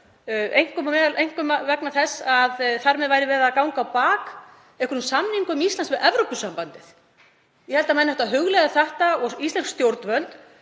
einkum vegna þess að þar með væri gengið á bak einhverjum samningum Íslands við Evrópusambandið. Ég held að menn ættu að hugleiða þetta og íslensk stjórnvöld